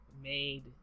made